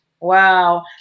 Wow